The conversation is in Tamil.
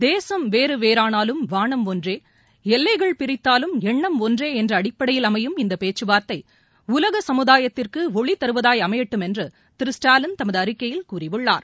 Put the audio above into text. தேசம் வேறு வேறானாலும் வானம் ஒன்றே எல்லைகள் பிரித்தாலும் எண்ணம் ஒன்றே என்ற அடிப்படையில் அமையும் இந்த பேச்சுவார்த்தை உலக சமுதாயத்திற்கு ஒளி தருவதாய் அமையட்டும் என்று திரு ஸ்டாலின் தமது அறிக்கையில் கூறியுள்ளார்